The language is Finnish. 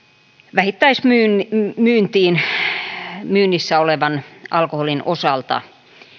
vähittäismyynnissä olevan alkoholin osalta